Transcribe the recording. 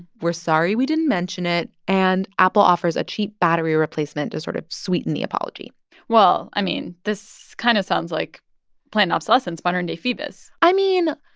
we're sorry we didn't mention it. and apple offers a cheap battery replacement to sort of sweeten the apology well, i mean, this kind of sounds like planned obsolescence modern-day phoebus i mean,